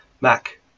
Mac